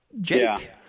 Jake